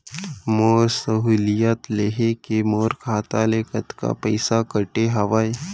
मोर सहुलियत लेहे के मोर खाता ले कतका पइसा कटे हवये?